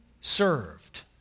served